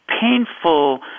painful